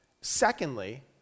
Secondly